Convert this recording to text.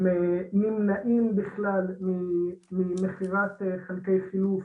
הם נמנעים בכלל ממכירת חלקי חילוף